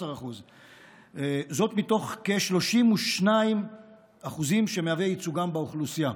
זאת מתוך כ-32% שמהווים את ייצוגם באוכלוסייה.